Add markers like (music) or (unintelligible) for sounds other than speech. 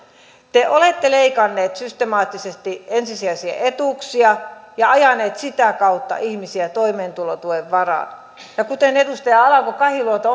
te olette leikanneet systemaattisesti ensisijaisia etuuksia ja ajaneet sitä kautta ihmisiä toimeentulotuen varaan kuten edustaja alanko kahiluoto (unintelligible)